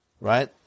Right